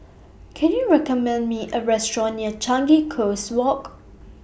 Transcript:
Can YOU recommend Me A Restaurant near Changi Coast Walk